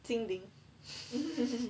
精灵